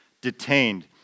detained